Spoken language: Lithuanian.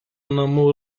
namų